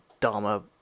Dharma